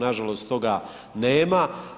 Nažalost toga nema.